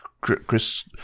Chris